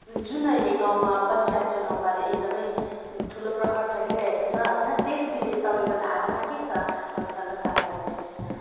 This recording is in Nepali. जुन अहिले गाउँमा पञ्चायत चुनाउबारे एकदमै ठुलो प्रहर चलिरहेको छ होइन त्यस विषय तपाईँको धारणा के छ हामीसँग साझा गरिदिनु होस् न